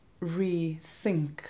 rethink